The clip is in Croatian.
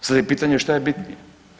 I sad je pitanje šta je bitnije.